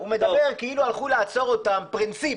בפרינציפ,